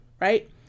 right